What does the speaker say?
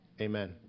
amen